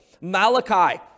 Malachi